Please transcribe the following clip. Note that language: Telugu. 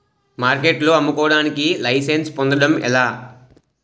మార్కెట్లో అమ్ముకోడానికి లైసెన్స్ పొందడం ఎలా?